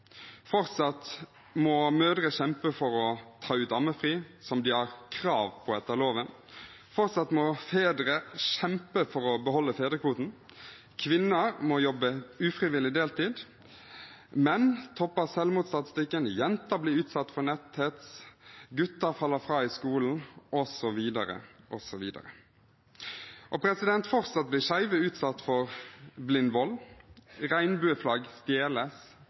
Fortsatt må mødre kjempe for å ta ut ammefri, som de har krav på etter loven. Fortsatt må fedre kjempe for å beholde fedrekvoten. Kvinner må jobbe ufrivillig deltid. Menn topper selvmordsstatistikken. Jenter blir utsatt for netthets. Gutter faller fra i skolen. Osv., osv. Fortsatt blir skjeve utsatt for blind vold. Regnbueflagg stjeles,